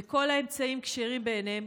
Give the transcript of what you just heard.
וכל האמצעים כשרים בעיניהם,